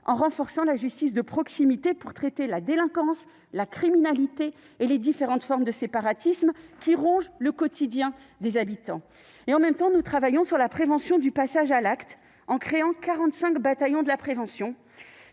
en renforçant la justice de proximité pour traiter la délinquance, la criminalité et les différentes formes de séparatisme qui rongent le quotidien des habitants. En même temps, nous travaillons à la prévention du passage à l'acte en créant 45 bataillons de la prévention.